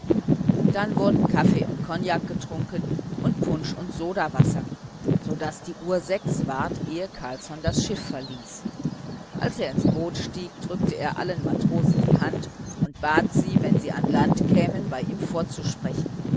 dann wurden kaffee und kognak getrunken und punsch und sodawasser so daß die uhr sechs ward ehe carlsson das schiff verließ als er ins boot stieg drückte er allen matrosen die hand und bat sie wenn sie an land kämen bei ihm vorzusprechen